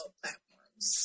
platforms